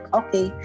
okay